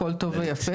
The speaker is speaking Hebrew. הכול טוב ויפה,